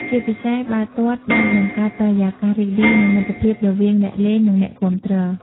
ជាពិសេសបាល់ទាត់បានបង្កើតបរិយាកាសរីករាយ និងមិត្តភាពរវាងអ្នកលេង និងអ្នកគាំទ្រ។